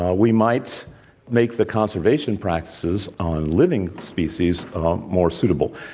ah we might make the conservation practices on living species more suitable.